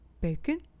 Bacon